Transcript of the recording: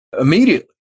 immediately